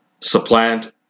supplant